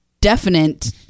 definite